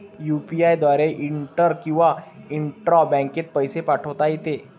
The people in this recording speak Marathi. यु.पी.आय द्वारे इंटर किंवा इंट्रा बँकेत पैसे पाठवता येते